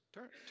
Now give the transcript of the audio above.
Turn